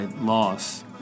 loss